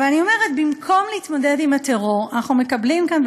אבל אני אומרת שבמקום להתמודד עם הטרור אנחנו מקבלים כאן,